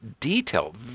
detail